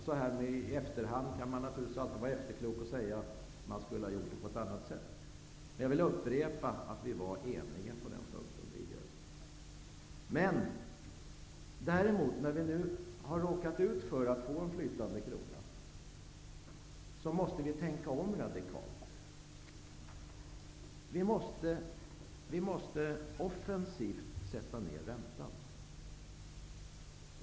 Så här i efterhand kan man naturligtvis alltid vara efterklok och säga att vi skulle ha gjort på ett annat sätt. Men jag vill upprepa att vi var eniga på den punkten. När vi nu däremot har råkat ut för att få en flytande krona måste vi tänka om radikalt. Vi måste offensivt sätta ner räntan.